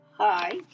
Hi